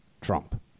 Trump